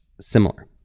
similar